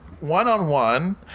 one-on-one